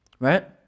Right